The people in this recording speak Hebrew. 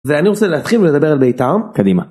ואני רוצה להתחיל לדבר על בית"ר קדימה.